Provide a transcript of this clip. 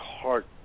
heart